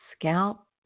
scalp